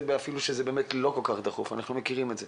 אפילו שזה לא כל כך דחוף ואנחנו מכירים את זה.